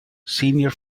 senior